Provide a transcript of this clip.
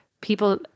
people